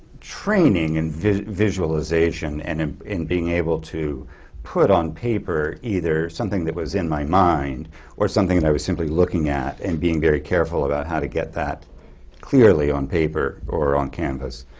training and visualization and and being able to put on paper either something that was in my mind or something that i was simply looking at and being very careful about how to get that clearly on paper or on canvass